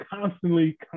constantly